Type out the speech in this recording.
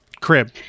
crib